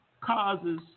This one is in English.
causes